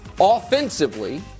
offensively